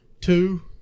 two